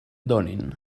donin